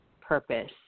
purpose